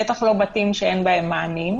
בטח לא לבתים שאין בהם מענים,